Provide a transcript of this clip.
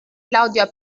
claudia